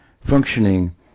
functioning